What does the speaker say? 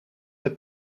het